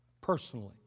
personally